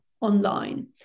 online